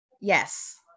Yes